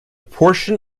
portion